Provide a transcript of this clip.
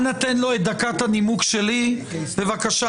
אנא, תן לו את דקת המשלוח שלי, בבקשה.